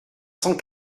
cent